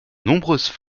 nombreuses